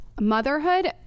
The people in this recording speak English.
Motherhood